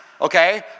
okay